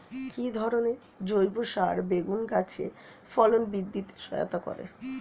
কি ধরনের জৈব সার বেগুন গাছে ফলন বৃদ্ধিতে সহায়তা করে?